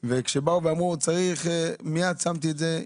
וכשאמרו צריך, מיד שמתי את זה.